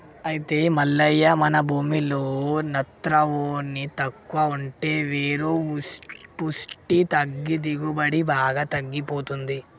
అయితే మల్లయ్య మన భూమిలో నత్రవోని తక్కువ ఉంటే వేరు పుష్టి తగ్గి దిగుబడి బాగా తగ్గిపోతుంది